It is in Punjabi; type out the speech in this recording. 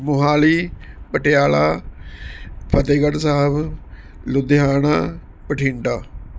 ਮੋਹਾਲੀ ਪਟਿਆਲਾ ਫਤਿਹਗੜ੍ਹ ਸਾਹਿਬ ਲੁਧਿਆਣਾ ਬਠਿੰਡਾ